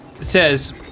says